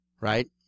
Right